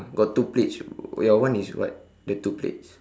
got two plates y~ your one is what the two plates